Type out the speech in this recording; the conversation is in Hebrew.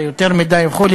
זה יותר מדי וכו'.